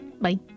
Bye